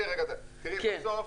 בסוף,